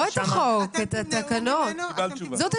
לא את החוק, את התקנות, זאת השאלה.